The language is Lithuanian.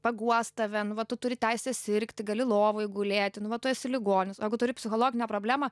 paguos tave nu va tu turi teisę sirgti gali lovoj gulėti nu vat tu esi ligonis o jeigu turi psichologinę problemą